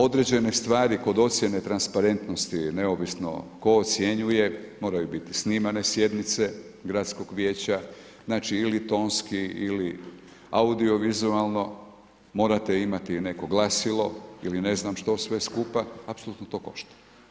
Određene stvari kod ocjene transparentnosti, neovisno tko ocjenjuje, moraju biti snimane sjednice, gradskog vijeća znači ili ili tonski ili audiovizualno morate imati neko glasilo ili ne znam što sve skupa, apsolutno to košta.